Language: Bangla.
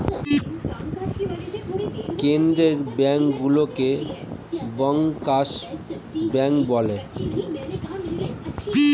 কেন্দ্রীয় ব্যাঙ্কগুলোকে ব্যাংকার্স ব্যাঙ্ক বলে